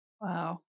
Wow